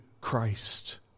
Christ